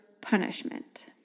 punishment